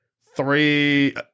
three